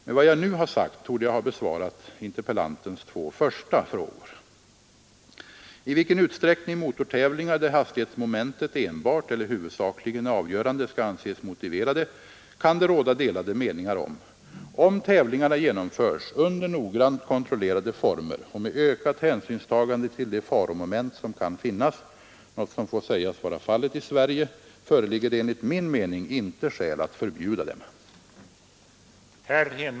Med vad jag nu har sagt torde jag ha besvarat interpellantens två första frågor. I vilken utsträckning motortävlingar där hastighetsmomentet enbart eller huvudsakligen är avgörande skall anses motiverade kan det råda delade meningar om. Om tävlingarna genomförs under noggrant kontrollerade former och med ökat hänsynstagande till de faromoment som kan finnas — något som får sägas vara fallet i Sverige — föreligger det enligt min mening inte skäl att förbjuda dem.